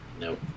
Nope